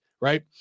right